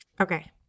Okay